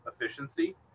efficiency